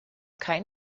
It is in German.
kein